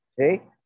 Okay